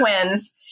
twins